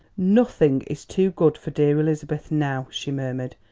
nothing is too good for dear elizabeth now, she murmured,